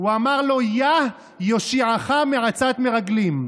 הוא אמר לו: "יה יושיעך מעצת מרגלים".